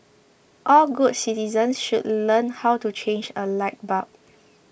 all good citizens should learn how to change a light bulb